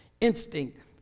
instinct